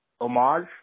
homage